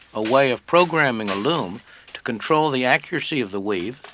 a way of programming a loom to control the accuracy of the weave,